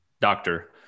doctor